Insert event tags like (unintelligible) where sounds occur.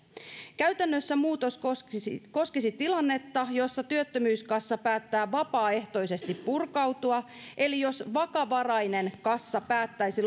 käytännössä muutos koskisi koskisi tilannetta jossa työttömyyskassa päättää vapaaehtoisesti purkautua eli jos vakavarainen kassa päättäisi (unintelligible)